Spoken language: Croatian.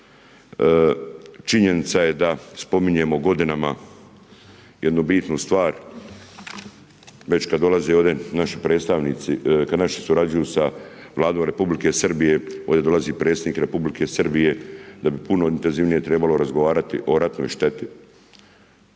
Činjenica je da spominjemo godinama jednu bitnu stvar, već kad dolaze ovdje naši predstavnici, kada naši surađuju sa Vladom Republike Srbije, ovdje dolazi predsjednik Republike Srbije, da bi puno intenzivnije trebalo razgovarati o ratnoj šteti.